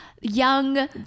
young